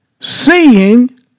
seeing